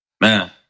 Man